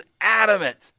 adamant